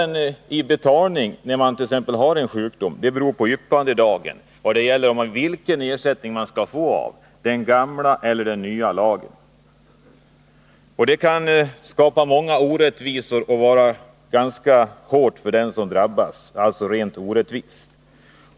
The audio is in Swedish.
När man har en sjukdom beror det emellertid på yppandedagen om man skall få ersättning enligt den gamla eller den nya lagen. Det kan skapa många orättvisor och vara ganska hårt för den som drabbas.